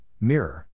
mirror